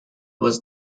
was